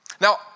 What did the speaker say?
Now